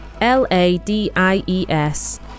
L-A-D-I-E-S